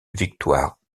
victoire